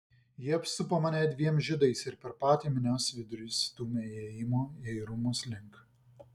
jie apsupo mane dviem žiedais ir per patį minios vidurį stūmė įėjimo į rūmus link